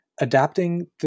Adapting